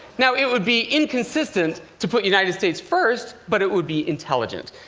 now, it would be inconsistent to put united states first, but it would be intelligent.